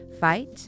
Fight